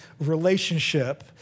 relationship